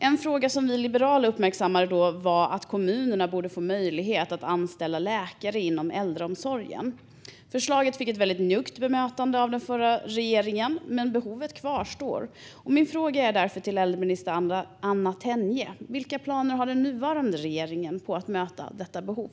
Ett förslag som vi liberaler uppmärksammade då var att kommunerna skulle få möjlighet att anställa läkare inom äldreomsorgen. Förslaget fick ett väldigt njuggt bemötande av den förra regeringen, men behovet kvarstår. Min fråga är därför till äldreminister Anna Tenje: Vilka planer har den nuvarande regeringen på att möta detta behov?